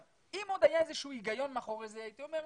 אם עוד היה איזה שהוא היגיון מאחורי זה הייתי אומר נו,